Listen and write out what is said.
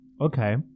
Okay